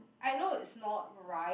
I know it's not right